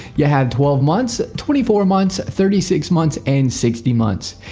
you have twelve months, twenty four months, thirty six months, and sixty months.